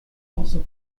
also